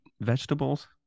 vegetables